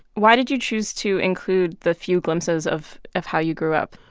why did you choose to include the few glimpses of of how you grew up?